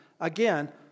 Again